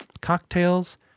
Cocktails